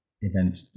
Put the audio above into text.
event